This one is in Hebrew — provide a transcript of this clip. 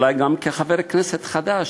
אולי גם כחבר כנסת חדש,